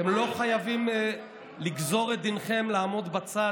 אתם לא חייבים לגזור את דינכם לעמוד בצד